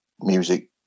music